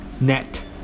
Net